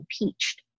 impeached